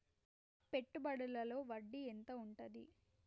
పెట్టుబడుల లో వడ్డీ ఎంత ఉంటది?